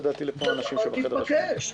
זה מתבקש.